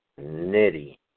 Nitty